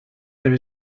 there